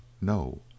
No